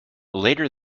later